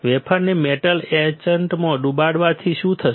વેફરને મેટલ એચન્ટમાં ડુબાડવાથી શું થશે